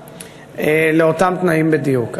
לאותם תנאים בדיוק.